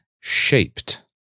shaped